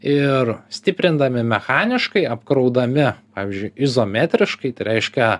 ir stiprindami mechaniškai apkraudami pavyzdžiui izometriškai tai reiškia